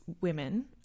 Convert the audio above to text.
women